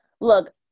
Look